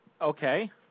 Okay